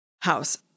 house